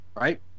right